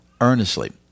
earnestly